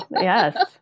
Yes